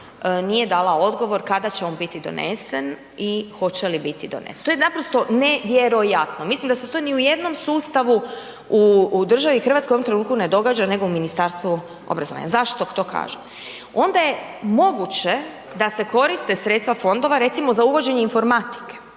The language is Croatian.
nije dala odgovor kada će on biti donesen i hoće li biti donesen. To je naprosto nevjerojatno, mislim da se to ni u jednom sustavu u državi Hrvatskoj, u ovom trenutku ne događa nego u Ministarstvu obrazovanja. Zašto to kažem? Onda je moguće da se koriste sredstva fondova recimo za uvođenje informatike